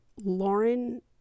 lauren